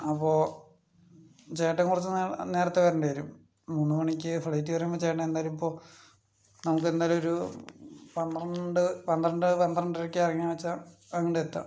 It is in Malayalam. അപ്പോൾ ചേട്ടൻ കുറച്ച് നേ നേരത്തെ വരേണ്ടിവരും മൂന്നുമണിക്ക് ഫ്ലൈറ്റ് പറയുമ്പോൾ ചേട്ടൻ എന്തായാലും ഇപ്പോൾ നമുക്ക് എന്തായാലും ഒരു പന്ത്രണ്ട് പന്ത്രണ്ട് പന്ത്രണ്ടരക്ക് ഇറങ്ങാന്ന് വെച്ചാൽ അങ്ങട്ട് എത്താം